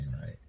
right